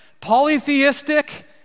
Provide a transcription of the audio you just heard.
polytheistic